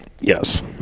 Yes